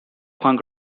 punk